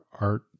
art